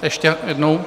Ještě jednou.